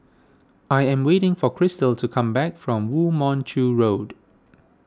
I am waiting for Cristal to come back from Woo Mon Chew Road